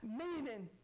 meaning